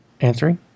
answering